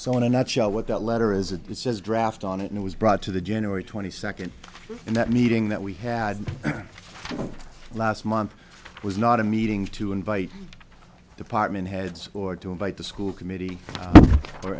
so in a nutshell what that letter is it says draft on it was brought to the january twenty second and that meeting that we had last month was not a meeting to invite department had scored to invite the school committee or